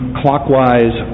clockwise